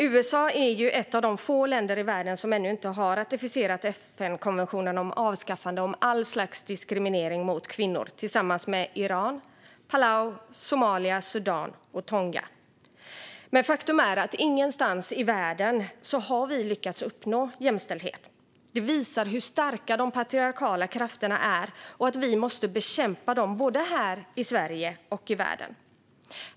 USA är ett av få länder i världen som ännu inte har ratificerat FN-konventionen om avskaffande av all slags diskriminering av kvinnor, tillsammans med Iran, Palau, Somalia, Sudan och Tonga. Men faktum är att vi ingenstans i världen har lyckats uppnå jämställdhet. Detta visar hur starka de patriarkala krafterna är och att vi måste bekämpa dem både här i Sverige och i världen.